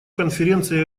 конференция